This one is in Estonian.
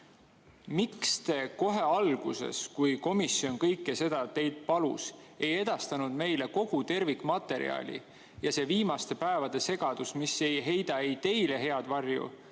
Miks te kohe alguses, kui komisjon kõike seda teilt palus, ei edastanud meile kogu tervikmaterjali? Ja see viimaste päevade segadus, mis ei heida ei teile head varju